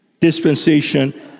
dispensation